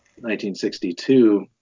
1962